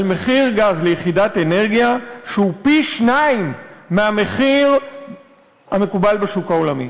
על מחיר גז ליחידת אנרגיה שהוא פי-שניים מהמחיר המקובל בשוק העולמי.